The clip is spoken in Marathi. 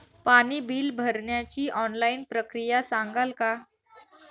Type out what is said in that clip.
पाणी बिल भरण्याची ऑनलाईन प्रक्रिया सांगाल का?